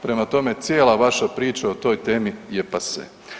Prema tome, cijela vaša priča o toj temi je pase.